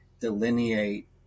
delineate